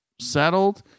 settled